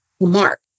Mark